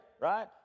right